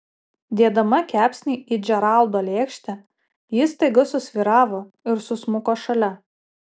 dėdama kepsnį į džeraldo lėkštę ji staiga susvyravo ir susmuko šalia